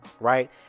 Right